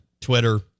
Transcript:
Twitter